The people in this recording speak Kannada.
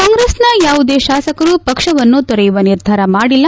ಕಾಂಗ್ರೆಸ್ನ ಯಾವುದೇ ಶಾಸಕರು ಪಕ್ಷವನ್ನು ತೊರೆಯುವ ನಿರ್ಧಾರ ಮಾಡಿಲ್ಲ